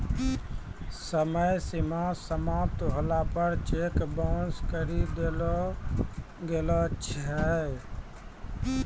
समय सीमा समाप्त होला पर चेक बाउंस करी देलो गेलो छै